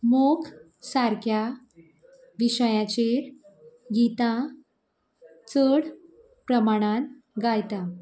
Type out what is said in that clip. मोग सारक्या विशयाचेर गितां चड प्रमाणांच गायता